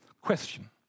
Question